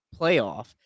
playoff